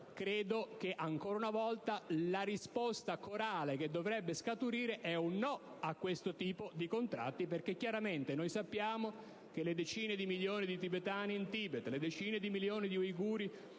credo che ancora una volta la risposta corale che dovrebbe scaturire è un no a questo tipo di contratti, perché chiaramente sappiamo che i milioni di tibetani in Tibet, le decine di milioni di uiguri